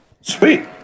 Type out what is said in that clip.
Sweet